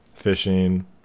Fishing